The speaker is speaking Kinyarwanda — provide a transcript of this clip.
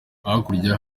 hakurya